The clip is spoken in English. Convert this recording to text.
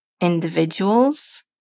individuals